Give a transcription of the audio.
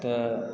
तऽ